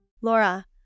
Laura